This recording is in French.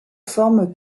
forme